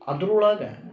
ಅದ್ರ ಒಳಗೆ